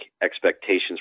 expectations